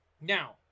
Now